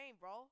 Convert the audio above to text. bro